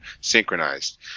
synchronized